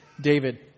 David